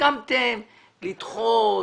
הסכמתם לדחות.